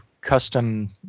custom